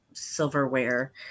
silverware